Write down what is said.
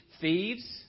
thieves